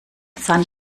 sand